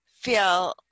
feel